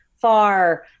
far